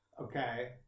okay